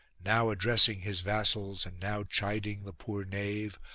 now addressing his vassals and now chiding the poor knave,